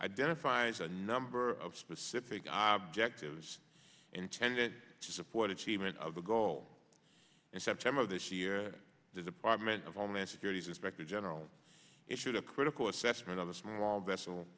identifies a number of specific object is intended to support each event of the goal and september of this year the department of homeland security's inspector general issued a critical assessment of the small vessel